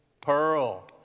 pearl